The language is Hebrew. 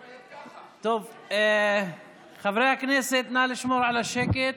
טוב, חברי הכנסת, נא לשמור על השקט.